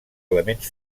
elements